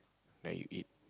then you eat